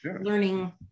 learning